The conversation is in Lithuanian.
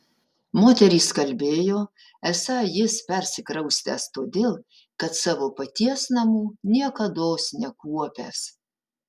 moterys kalbėjo esą jis persikraustęs todėl kad savo paties namų niekados nekuopęs